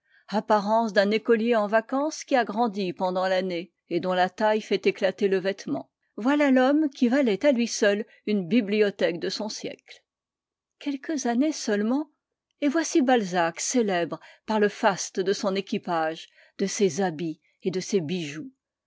apparence d'un écolier en vacances qui a grandi pendant l'année et dont la taille fait éclater le vêtement voilà l'homme qui valait à lui seul une bibliothèque de son siècle quelques années seulement et voici balzac célèbre par le faste de son équipage de ses habits et de ses bijoux